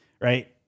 right